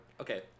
Okay